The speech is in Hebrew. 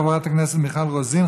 תודה רבה לחברת הכנסת מיכל רוזין.